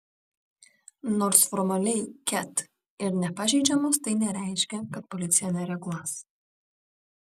nors formaliai ket ir nepažeidžiamos tai nereiškia kad policija nereaguos